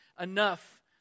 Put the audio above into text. enough